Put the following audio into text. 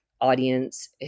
audience